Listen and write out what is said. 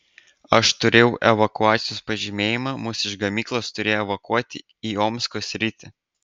aš turėjau evakuacijos pažymėjimą mus iš gamyklos turėjo evakuoti į omsko sritį